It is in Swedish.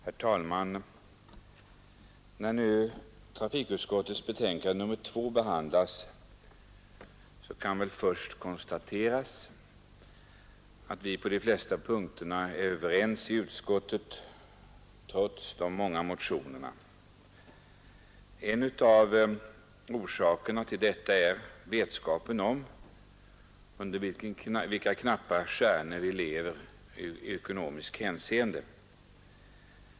Herr talman! När nu trafikutskottets betänkande nr 2 behandlas, kan väl först konstateras att vi på de flesta punkterna är överens i utskottet trots de många motionerna. En av orsakerna till detta är vetskapen om under vilka knapphetens stjärnor vi lever i ekonomiskt hänseende.